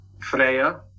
freya